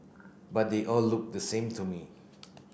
but they all looked the same to me